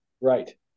Right